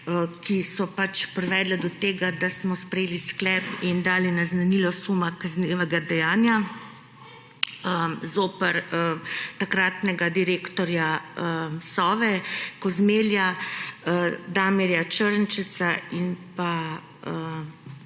ki so privedla do tega, da smo sprejeli sklep in dali naznanilo suma kaznivega dejanja zoper takratnega direktorja Sove Kozmelja, Damirja Črnčeca in pa